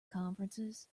conferences